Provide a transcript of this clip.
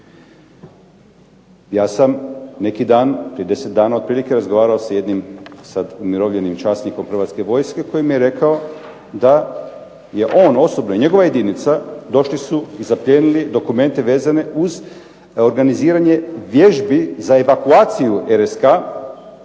Ja sam neki dan, prije deset dana otprilike, razgovarao s jednim sad umirovljenim časnikom Hrvatske vojske koji mi je rekao da je on osobno i njegova jedinica došli su i zaplijenili dokumente vezane uz organiziranje vježbi za evakuaciju